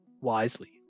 wisely